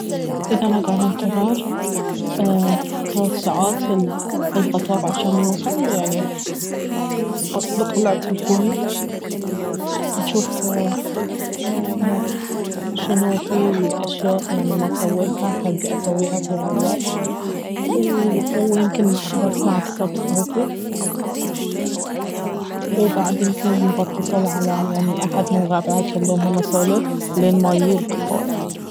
اذا انا قاعدة انتظر ثلاث ساعات القطار عشان يوصل يعني بطلع تلفوني اجوف شنو فيه أشياء يعني ما سويتها حق اسويها في هالوقت و- ويمكن بسمع كتاب صوتي وبعد يمكن بتصل على يعني احد من ربعي اكلمهم اسولف لين ما ايي القطار